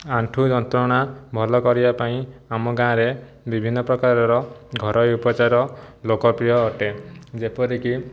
ଆଣ୍ଠୁ ଯନ୍ତ୍ରଣା ଭଲ କରିବା ପାଇଁ ଆମ ଗାଁରେ ବିଭିନ୍ନପ୍ରକାରର ଘରୋଇ ଉପଚାର ଲୋକପ୍ରିୟ ଅଟେ ଯେପରି କି